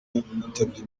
witabye